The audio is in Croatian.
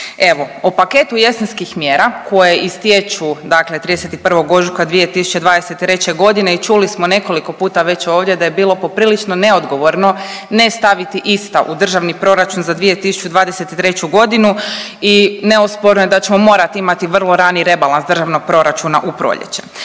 Evo o paketu jesenskih mjera koje istječu dakle 31. ožujka 2023. godine i čuli smo nekoliko puta već ovdje da je bilo poprilično neodgovorno ne staviti ista u Državni proračuna za 2023. godinu i neosporno je da ćemo morat imati vrlo rani rebalans Državnog proračuna u proljeće.